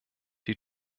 die